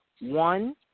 One